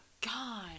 god